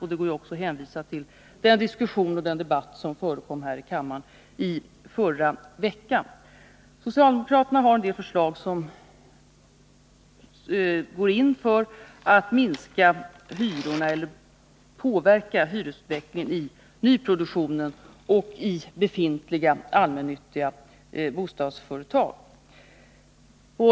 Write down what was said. Man kan också hänvisa till den debatt som fördes i kammaren förra veckan. Socialdemokraterna framlägger ett förslag om att sänka hyrorna eller påverka hyresutvecklingen i nyproduktionen och i befintliga allmännyttiga bostadsföretag.